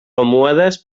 almohades